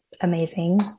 amazing